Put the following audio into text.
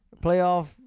playoff